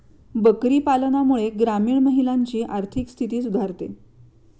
बकरी पालनामुळे ग्रामीण महिलांची आर्थिक स्थिती सुधारते